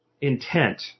intent